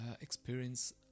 experience